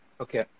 okay